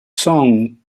song